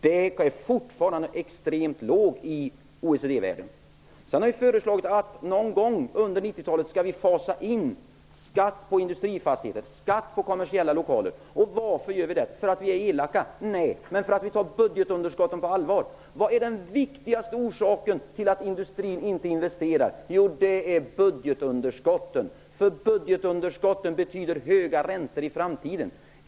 Det är fortfarande extremt lågt i OECD-världen. Sedan har vi föreslagit att man någon gång under 1990 talet skall fasa in skatt på industrifastigheter och kommersiella lokaler. Gör vi detta därför att vi är elaka? Nej, det gör vi inte. Vi gör detta därför att vi tar budgetunderskotten på allvar. Vad är den viktigaste orsaken till att industrin inte investerar? Det är budgetunderskotten. Budgetunderskotten betyder nämligen höga räntor i framtiden.